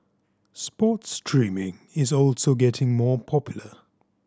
sports streaming is also getting more popular